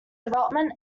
development